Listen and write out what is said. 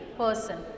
person